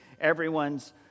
everyone's